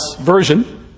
version